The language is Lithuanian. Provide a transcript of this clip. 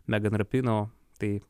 megan rapino tai